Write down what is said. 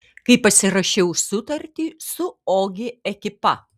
kai pasirašiau sutartį su ogi ekipa